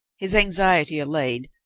his anxiety allayed,